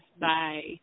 Bye